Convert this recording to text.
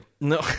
No